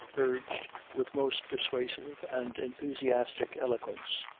urged with most persuasive and enthusiastic eloquence,